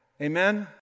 Amen